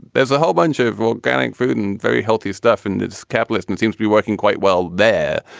there's a whole bunch of organic food and very healthy stuff. and it's capitalism seems to be working quite well there.